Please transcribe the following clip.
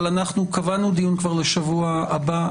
אבל אנחנו קבענו דיון לשבוע הבא.